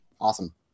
Awesome